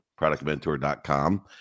ProductMentor.com